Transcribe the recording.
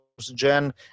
Jen